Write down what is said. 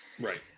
Right